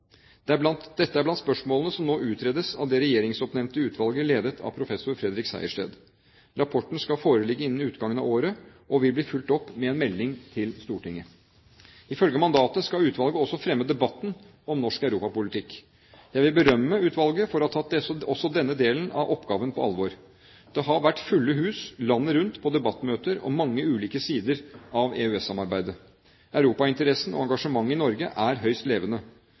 Dette er blant spørsmålene som nå utredes av det regjeringsoppnevnte utvalget ledet av professor Fredrik Sejersted. Rapporten skal foreligge innen utgangen av året og vil bli fulgt opp med en melding til Stortinget. Ifølge mandatet skal utvalget også fremme debatten om norsk europapolitikk. Jeg vil berømme utvalget for å ha tatt også denne delen av oppgaven på alvor. Det har vært fulle hus landet rundt på debattmøter om mange ulike sider av EØS-samarbeidet. Europainteressen og engasjementet i Norge er høyst levende.